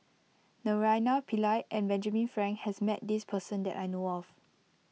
Naraina Pillai and Benjamin Frank has met this person that I know of